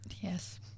Yes